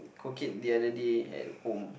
cook it the other day at home